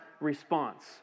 response